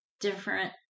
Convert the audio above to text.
different